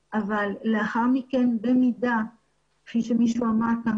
אבל לאחר מכן כפי שמישהו אמר כאן